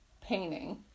painting